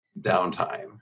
downtime